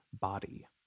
body